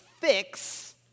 fix